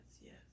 yes